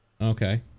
okay